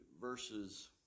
verses